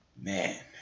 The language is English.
man